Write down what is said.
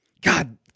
god